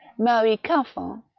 marie carfin,